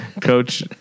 coach